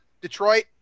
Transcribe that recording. Detroit